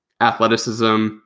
athleticism